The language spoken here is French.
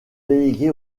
délégué